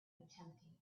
attempting